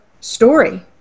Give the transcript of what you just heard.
story